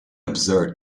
absurd